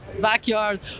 backyard